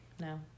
no